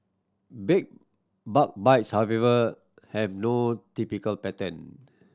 bed bug bites however have no typical pattern